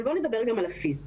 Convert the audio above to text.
נדבר על הפן הפיזי,